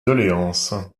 doléances